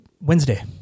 Wednesday